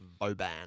Boban